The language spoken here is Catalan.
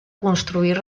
construir